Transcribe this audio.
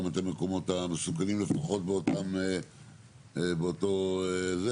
את המקומות המסוכנים לפחות באותו ---.